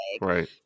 Right